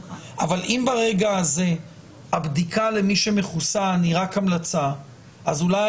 אבל אם ברגע הזה הבדיקה למי שמחוסן היא רק המלצה אז אולי